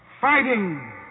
fighting